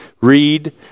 read